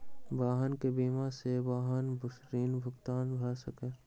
वाहन के बीमा सॅ वाहनक ऋण भुगतान भ सकल